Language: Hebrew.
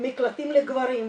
ובין אם בתכניות של משרד הרווחה,